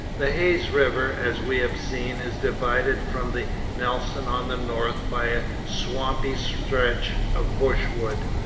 the hayes river, as we have seen, is divided from the nelson on the north by a swampy stretch of brushwood.